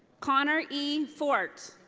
connor e. fort.